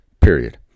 period